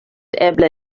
eble